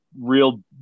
real